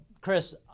Chris